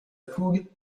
fougue